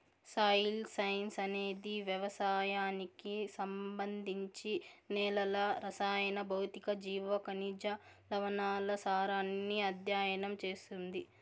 soil science అనేది వ్యవసాయానికి సంబంధించి నేలల రసాయన, భౌతిక, జీవ, ఖనిజ, లవణాల సారాన్ని అధ్యయనం చేస్తుంది